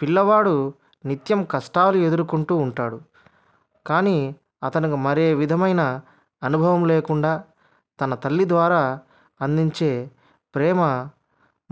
పిల్లవాడు నిత్యం కష్టాలు ఎదుర్కొంటూ ఉంటాడు కానీ అతను మరే విధమైన అనుభవం లేకుండా తన తల్లి ద్వారా అందించే ప్రేమ